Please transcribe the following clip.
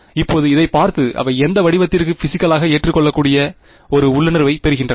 இப்போது இதைப் பார்த்து அவை எந்த வடிவத்திற்கு பிசிகளாக ஏற்றுக்கொள்ளக்கூடிய ஒரு உள்ளுணர்வைப் பெறுகின்றன